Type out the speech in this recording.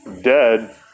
dead